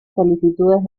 solicitudes